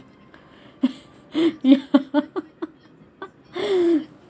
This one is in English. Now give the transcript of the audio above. ya